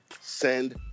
send